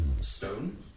stone